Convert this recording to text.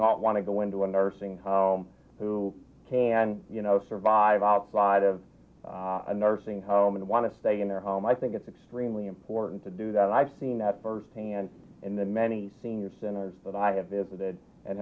not want to go into a nursing home who can you know survive outside of a nursing home and want to stay in their home i think it's extremely important to do that and i've seen that firsthand in the many senior centers that i have visited and